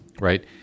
right